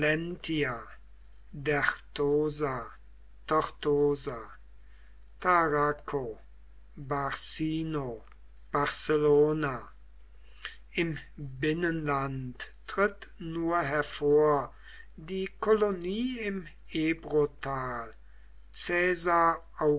im binnenland tritt nur hervor die kolonie im ebrotal